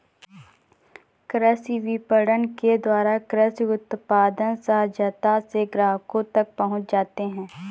कृषि विपणन के द्वारा कृषि उत्पाद सहजता से ग्राहकों तक पहुंच जाते हैं